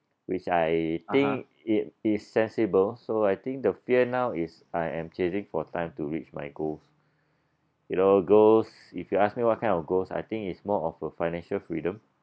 which I think it is sensible so I think the fear now is I am chasing for time to reach my goals you know goals if you ask me what kind of goals I think it's more of a financial freedom